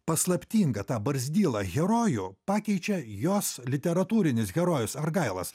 paslaptingą tą barzdylą herojų pakeičia jos literatūrinis herojus argailas